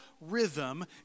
rhythm